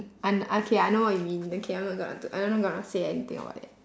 and okay I know what you mean okay I'm not gonna do and I'm not gonna say anything about it